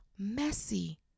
messy